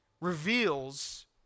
reveals